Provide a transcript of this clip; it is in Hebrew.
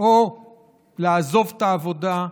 או לעזוב את העבודה,